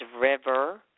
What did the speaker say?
River